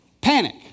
Panic